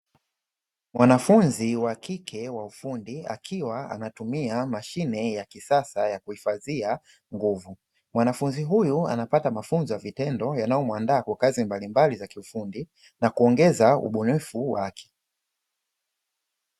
Mwanafunzi wa kike wa ufundi akiwa anatumia mashine ya kisasa ya kuhifadhia nguvu. Mwanafunzi huyo anapata mafunzo ya vitendo yanayomuandaa kwa kazi mbalimbali za kiufundi na kuongeza ubunifu wake.